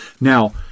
Now